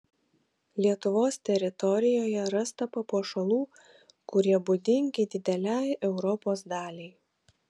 lietuvos teritorijoje rasta papuošalų kurie būdingi didelei europos daliai